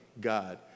God